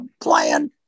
playing